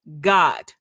God